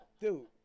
Dude